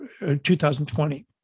2020